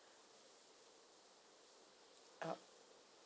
oh